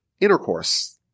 intercourse